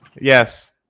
Yes